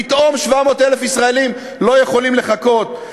פתאום 700,000 ישראלים לא יכולים לחכות,